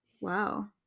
Wow